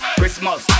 Christmas